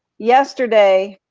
yesterday,